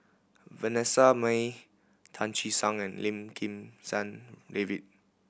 Vanessa Mae Tan Che Sang and Lim Kim San David